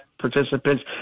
participants